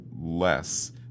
less